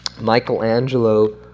Michelangelo